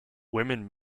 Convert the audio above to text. women